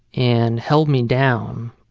and held me down.